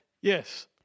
Yes